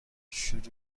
شروط